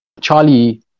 charlie